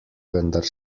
vendar